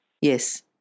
Yes